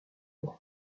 pour